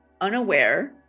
unaware